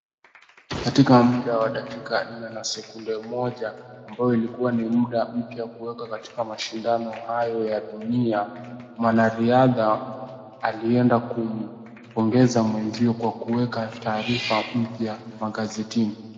Katika muda wa dakika nne na sekunde moja ambayo ilikuwa ni muda mpya kuweka katika mashindano hayo ya dunia mwanariadha alienda kumpongeza mwenzio kwa kuweka taarifa mpya magazetini.